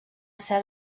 ser